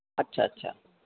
अच्छा अच्छा